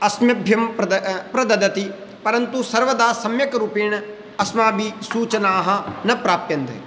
अस्मभ्यं प्रद प्रददति परन्तु सर्वदा सम्यक् रूपेण अस्माभिः सूचनाः न प्राप्यन्ते